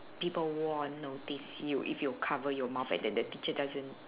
people won't notice you if you cover your mouth and then the teacher doesn't